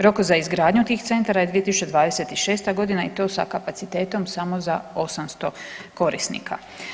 Rok za izgradnju tih centara je 2026. godina i to sa kapacitetom samo za 800 korisnika.